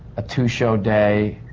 a two show day.